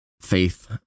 faith